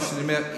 מה שאני אומר,